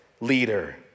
leader